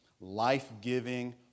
life-giving